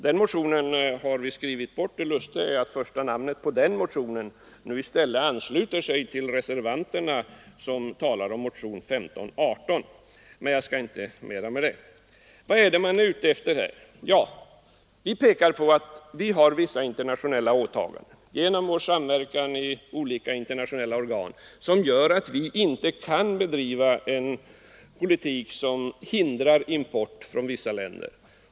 Den motionen har vi skrivit bort. Det lustiga är att den som står först med sitt namn på denna motion nu i stället ansluter sig till reservanterna, som talar för motionen 1518. Jag skall inte orda vidare om det. Vad är man ute efter här? Utskottsmajoriteten pekar på att Sverige har vissa internationella åtaganden genom sin samverkan i olika internationella organ, som gör att vi inte kan bedriva en politik som hindrar import från vissa länder.